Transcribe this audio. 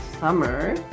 summer